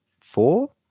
four